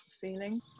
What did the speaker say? feeling